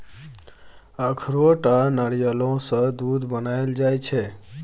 अखरोट आ नारियलो सँ दूध बनाएल जाइ छै